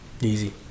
Easy